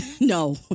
No